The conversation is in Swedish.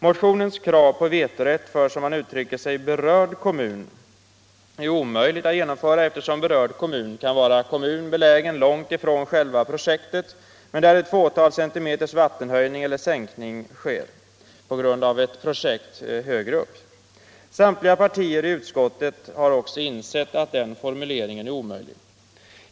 Motionens krav på vetorätt för, som man uttrycker sig, ”berörd” kommun är helt omöjligt att genomföra, eftersom berörd kommun kan vara kommun belägen långt ifrån själva projektet men där ett fåtal centimeters vattenhöjning eller sänkning sker på grund av ett projekt längre upp. Samtliga partier i utskottet har också insett att den formuleringen är omöjlig.